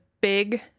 big